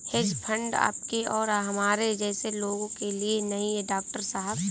hedge fund आपके और हमारे जैसे लोगों के लिए नहीं है, डॉक्टर साहब